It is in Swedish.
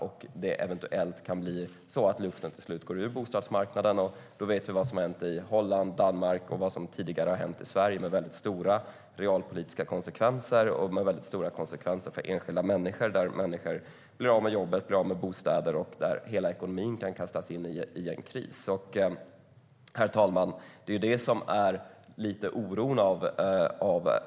Till sist kan det bli så att luften går ur bostadsmarknaden, och vi vet som hände i Holland, Danmark och vad som tidigare hände i Sverige med stora realpolitiska konsekvenser och konsekvenser för enskilda människor som följd. Människor blir av med sina jobb och bostäder, och hela ekonomin kan drabbas av en kris. Herr talman!